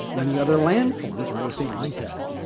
or any other land forms, or anything like that.